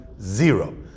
zero